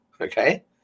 okay